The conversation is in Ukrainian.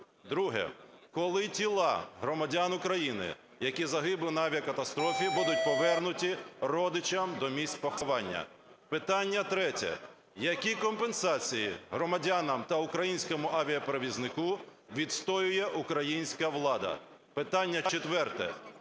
Друге. Коли тіла громадян України, які загиблі в авіакатастрофі, будуть повернуті родичам до місць поховання? Питання третє. Які компенсації громадянам та українському авіаперевізнику відстоює українська влада? Питання четверте.